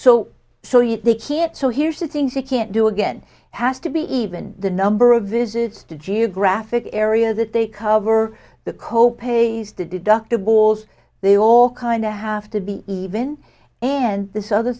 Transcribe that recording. you can't so here's the things you can't do again has to be even the number of visits to geographic area that they cover the co pays the deductibles they all kind of have to be even and this other